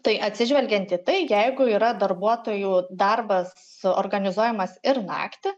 tai atsižvelgiant į tai jeigu yra darbuotojų darbas organizuojamas ir naktį